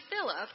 Philip